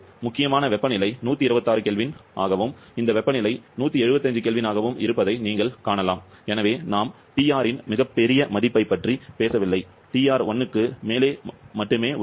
முக்கியமான வெப்பநிலை 126 K ஆகவும் இந்த வெப்பநிலை 175 K ஆகவும் இருப்பதை நீங்கள் காணலாம் எனவே நாம் TR இன் மிகப் பெரிய மதிப்பைப் பற்றி பேசவில்லை TR 1 க்கு மேலே மட்டுமே உள்ளது